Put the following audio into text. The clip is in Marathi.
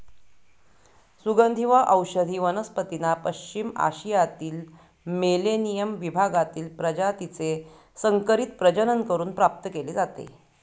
सुगंधी व औषधी वनस्पतींना पश्चिम आशियातील मेलेनियम विभागातील प्रजातीचे संकरित प्रजनन करून प्राप्त केले जाते